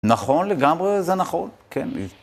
נכון לגמרי, זה נכון, כן.